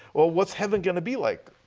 well, what is heaven going to be like?